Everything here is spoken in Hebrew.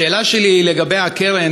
השאלה שלי היא לגבי הקרן